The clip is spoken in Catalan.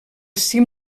cim